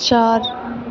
چار